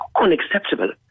unacceptable